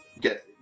get